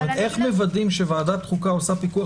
איך מוודאים שוועדת החוקה עושה פיקוח